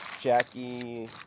Jackie